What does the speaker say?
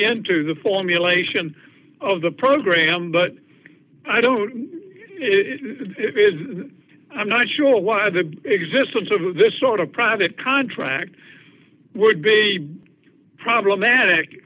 into the formulation of the program but i don't i'm not sure why the existence of this sort of private contract would be problematic